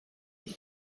die